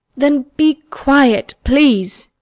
then be quiet, please.